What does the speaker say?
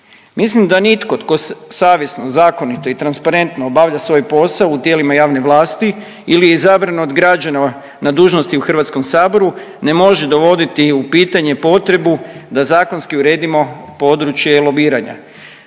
Mislim da nitko tko savjesno, zakonito i transparentno obavlja svoj posao u tijelima javne vlasti ili je izabran od građana na dužnosti u Hrvatskom saboru, ne može dovoditi u pitanje potrebu da zakonski uredimo područje lobiranja.